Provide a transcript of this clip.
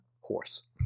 horse